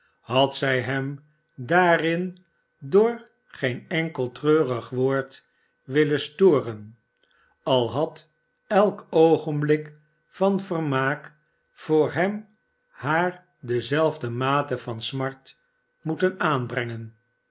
had zij hem daarin door geen enkel treurig woord willen storen al had elk oogenblik van vermaak voor hem haar dezelfde mate van smart moeten aanbrengen